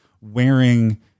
wearing